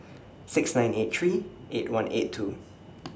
six nine eight three eight one eight two